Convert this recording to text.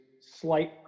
slight